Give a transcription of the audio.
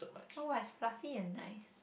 oh it's fluffy and nice